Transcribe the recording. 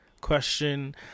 question